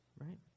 right